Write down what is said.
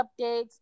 updates